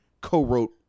co-wrote